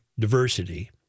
diversity